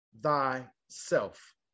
Thyself